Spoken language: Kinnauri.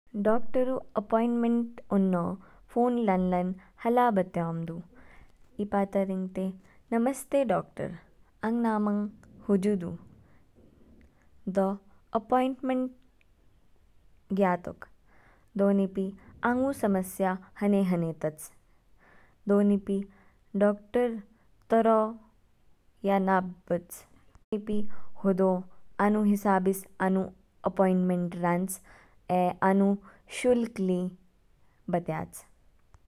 डॉकटर ऊ अपॉइंटमेंट उन्नो फोन लान लान हाला बत्योम दू। ईपाता रिंगते नमस्ते डॉक्टर आंग नामंग हुजु दू। दो अपॉइंटमेंट ग्यतुक, दोनीपि आंगु समस्या हने हने तच। दोनीपि डॉक्टर तोरो या नाब बच। निपी होदो आनु हिसाब इस आनु अपॉइंटमेंट रांच। ए आनु शुल्क ली बत्याच।